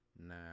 Nah